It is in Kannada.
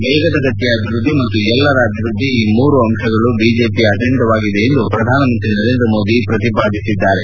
ವೇಗದ ಗತಿಯ ಅಭಿವೃದ್ದಿ ಮತ್ತು ಎಲ್ಲರ ಅಭಿವೃದ್ದಿ ಈ ಮೂರು ಅಂಶಗಳು ಬಿಜೆಪಿಯ ಅಜೆಂಡಾ ಆಗಿದೆ ಎಂದು ಪ್ರಧಾನಮಂತ್ರಿ ನರೇಂದ್ರ ಮೋದಿ ಹೇಳಿದ್ದಾರೆ